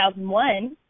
2001